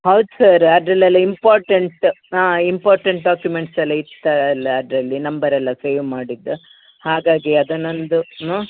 ಹೌದು ಸರ್ ಅದಲ್ಲೆಲ್ಲ ಇಂಪಾರ್ಟೆಂಟ್ ಹಾಂ ಇಂಪಾರ್ಟೆಂಟ್ ಡಾಕ್ಯೂಮೆಂಟ್ಸ್ ಎಲ್ಲ ಇತ್ತಾ ಅಲ್ಲ ಅದರಲ್ಲಿ ನಂಬರ್ ಎಲ್ಲ ಸೇವ್ ಮಾಡಿದ್ದು ಹಾಗಾಗಿ ಅದನ್ನೊಂದು ಹ್ಞೂ